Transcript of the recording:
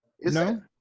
No